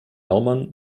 naumann